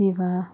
विवाह